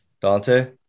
Dante